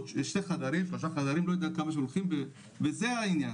שתי חדרים, שלושה חדרים, לא יודע כמה, וזה העניין.